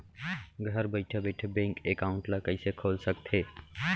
घर बइठे बइठे बैंक एकाउंट ल कइसे खोल सकथे?